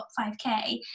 5K